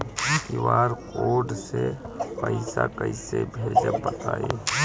QR code से पईसा कईसे भेजब बताई?